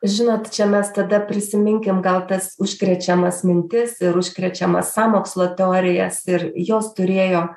žinot čia mes tada prisiminkim gal tas užkrečiamas mintis ir užkrečiamas sąmokslo teorijas ir jos turėjo